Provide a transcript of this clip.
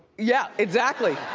yeah, exactly.